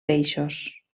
peixos